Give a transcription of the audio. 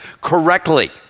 correctly